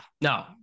No